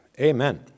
Amen